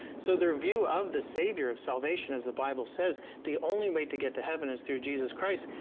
so, there view of the savior of salvation as the bible says the only way to get to heaven is through jesus christ,